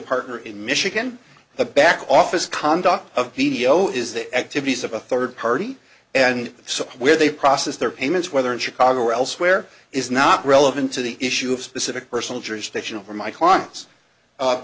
partner in michigan the back office conduct of p t o is the activities of a third party and so where they process their payments whether in chicago or elsewhere is not relevant to the issue of specific personal jurisdiction over my clients